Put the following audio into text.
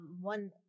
one